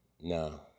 no